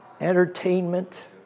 Entertainment